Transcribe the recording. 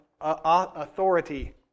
authority